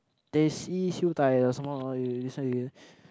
teh c Siew-Dai or something